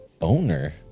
owner